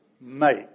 make